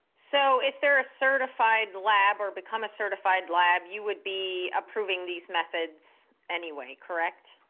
so if they're a certified lab or become a certified lab you would be approving these methods anyway correct?